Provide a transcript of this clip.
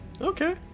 Okay